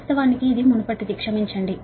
వాస్తవానికి ఇది మునుపటిది క్షమించండి